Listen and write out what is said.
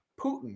Putin